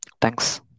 Thanks